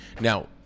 Now